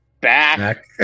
back